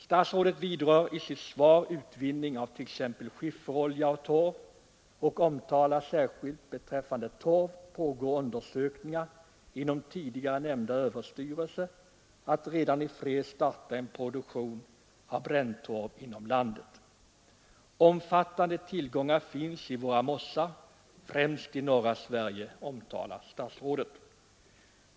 Statsrådet vidrör i sitt svar utvinning av t.ex. skifferolja och torv och omtalar särskilt att beträffande torv pågår undersökningar inom överstyrelsen för ekonomiskt försvar för att man redan i kristid skall kunna starta en produktion av bränntorv inom landet. Omfattande tillgångar finns i våra mossar, främst i norra Sverige, omtalar statsrådet.